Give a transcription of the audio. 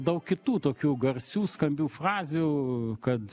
daug kitų tokių garsių skambių frazių kad